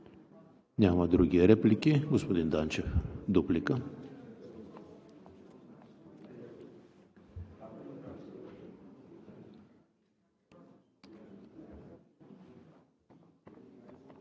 Няма други реплики. Господин Данчев – дуплика.